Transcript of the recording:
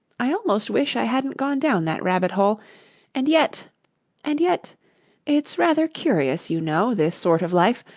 i almost wish i hadn't gone down that rabbit-hole and yet and yet it's rather curious, you know, this sort of life!